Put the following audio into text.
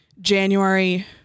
January